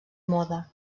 moda